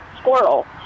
Squirrel